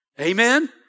Amen